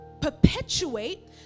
perpetuate